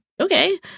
okay